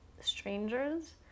strangers